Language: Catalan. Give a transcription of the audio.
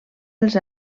els